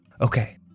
okay